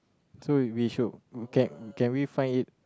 so we should can can we find it